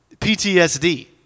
PTSD